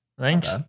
Thanks